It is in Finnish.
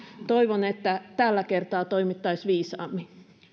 toivon että tällä kertaa toimittaisiin viisaammin